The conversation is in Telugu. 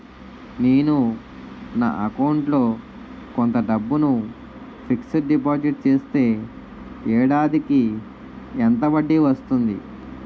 నేను నా అకౌంట్ లో కొంత డబ్బును ఫిక్సడ్ డెపోసిట్ చేస్తే ఏడాదికి ఎంత వడ్డీ వస్తుంది?